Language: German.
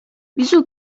wieso